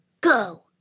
go